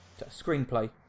Screenplay